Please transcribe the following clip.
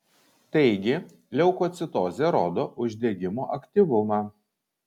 taigi leukocitozė rodo uždegimo aktyvumą